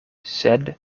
sed